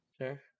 Sure